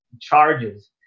charges